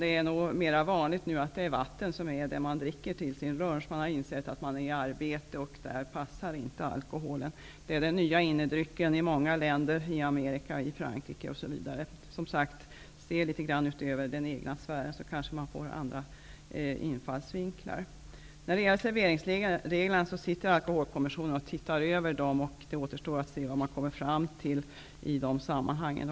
11.30 på morgonen. Det är mera vanligt att dricka vatten till lunchen. Man har insett att alkohol och arbete inte passar ihop. Vatten är den nya innedrycken i många länder, t.ex. Amerika och Frankrike. Se litet utanför den egna sfären, så kanske det går att få litet andra infallsvinklar. Alkoholkommissionen ser nu över serveringsreglerna. Det återstår att se vad kommissionen kommer fram till i de sammanhangen.